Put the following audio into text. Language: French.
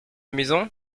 maison